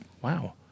Wow